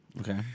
Okay